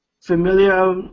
familiar